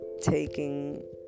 taking